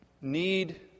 need